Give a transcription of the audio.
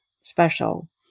special